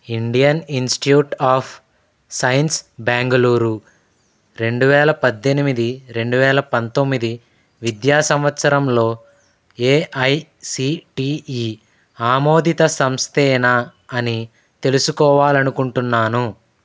Indian Institute of Science Bangalore రెండు వేల పద్దెనిమిది రెండు వేల పంతొమ్మిది విద్యా సంవత్సరంలో ఏఐసిటిఇ ఆమోదిత సంస్థేనా అని తెలుసుకోవాలనుకుంటున్నాను